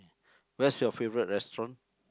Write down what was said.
where's your favourite restaurant